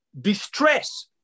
distress